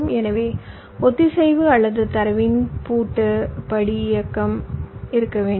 எனவே ஒத்திசைவு அல்லது தரவின் பூட்டு படி இயக்கம் இருக்க வேண்டும்